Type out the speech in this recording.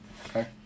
okay